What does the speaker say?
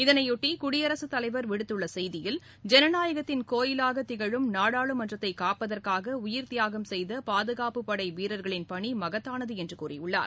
இதனை ஒட்டி குடியரசுத்தலைவர் விடுத்துள்ள செய்தியில் ஜனநாயகத்தின் கோவிலாக திகழும் நாடாளுமன்றத்தை காப்பதற்காக உயிர்த்தியாகம் செய்த பாதுனப்புப்படை வீரர்களின் பணி மகத்தானது என்று கூறியுள்ளார்